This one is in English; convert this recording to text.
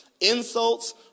insults